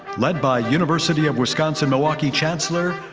led by university of wisconsin milwaukee chancellor,